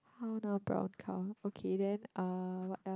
how now brown cow okay then uh what else